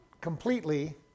completely